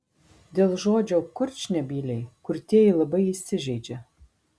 dėl žodžio kurčnebyliai kurtieji labai įsižeidžia